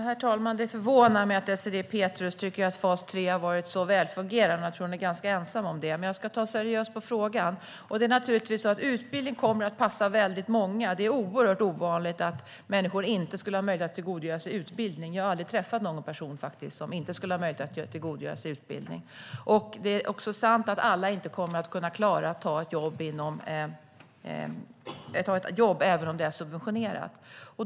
Herr talman! Det förvånar mig att Désirée Pethrus tycker att fas 3 har varit så välfungerande. Jag tror att hon är ganska ensam om det. Men jag ska ta seriöst på frågan. Utbildning kommer naturligtvis att passa väldigt många. Det är oerhört ovanligt att människor inte skulle ha möjlighet att tillgodogöra sig utbildning. Jag har faktiskt aldrig träffat någon person som inte skulle ha möjlighet att tillgodogöra sig utbildning. Det är sant att alla inte kommer att klara att ta ett jobb, även om det är subventionerat.